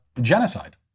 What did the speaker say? genocide